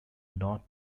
not